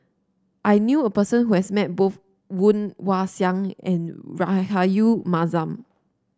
I knew a person who has met both Woon Wah Siang and Rahayu Mahzam